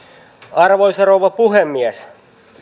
arvoisa rouva puhemies